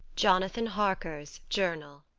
jonathan harker's journal.